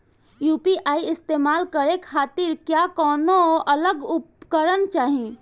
UPI इस्तेमाल करने खातिर क्या कौनो अलग उपकरण चाहीं?